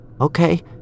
Okay